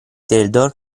tildor